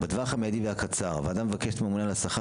בטווח המיידי והקצר הוועדה מבקשת מהממונה על השכר,